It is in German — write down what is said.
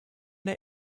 der